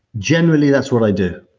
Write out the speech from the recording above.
generally, that's what i do